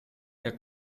der